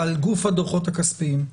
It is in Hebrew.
על גוף הדוחות הכספיים.